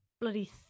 bloody